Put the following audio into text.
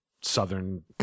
Southern